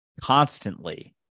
constantly